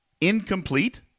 incomplete